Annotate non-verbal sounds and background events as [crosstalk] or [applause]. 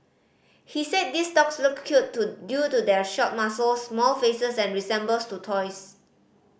he said these dogs look cute to due to their short muzzles small faces and [unintelligible] to toys